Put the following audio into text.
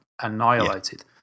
annihilated